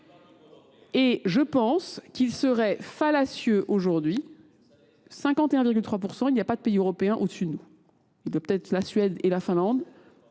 Et je pense qu'il serait fallacieux aujourd'hui 51,3%, il n'y a pas de pays européen au-dessus de nous. Il doit peut-être la Suède et la Finlande.